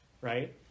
right